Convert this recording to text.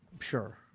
Sure